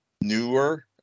newer